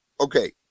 Okay